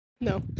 No